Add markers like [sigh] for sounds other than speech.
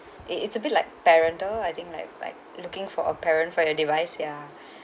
it it's a bit like parental I think like like looking for a parent for your device ya [breath]